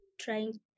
trying